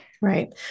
Right